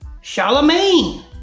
Charlemagne